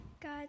God